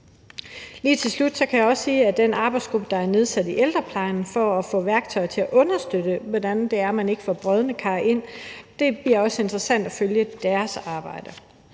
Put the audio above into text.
Lige til slut kan jeg også i forbindelse med den arbejdsgruppe, der er nedsat i ældreplejen for at sikre værktøj til at understøtte, at man ikke får brodne kar ind, sige, at det bliver interessant at følge dens arbejde.